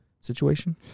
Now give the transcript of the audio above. situation